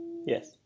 Yes